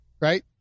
right